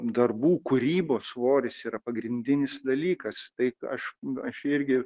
darbų kūrybos svoris yra pagrindinis dalykas tai aš aš irgi